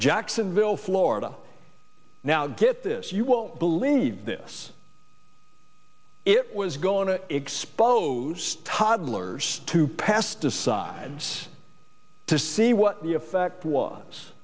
jacksonville florida now get this you won't believe this it was going to expose toddlers to pesticides to see what the effect was